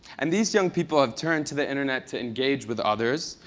and these young people have turned to the internet to engage with others,